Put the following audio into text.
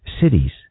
Cities